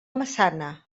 massana